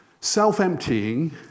Self-emptying